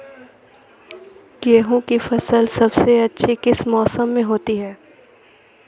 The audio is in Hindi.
गेंहू की फसल सबसे अच्छी किस मौसम में होती है?